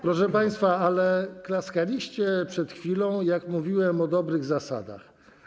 Proszę państwa, klaskaliście przed chwilą, jak mówiłem o dobrych zasadach.